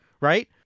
right